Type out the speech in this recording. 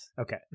Okay